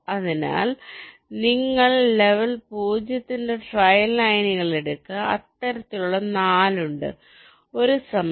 അതിനാൽ നിങ്ങൾ ലെവൽ 0 ന്റെ ട്രയൽ ലൈനുകൾ എടുക്കുക അത്തരത്തിലുള്ള 4 ഉണ്ട് ഒരു സമയം